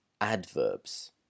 adverbs